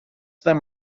them